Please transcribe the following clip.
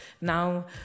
now